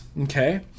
Okay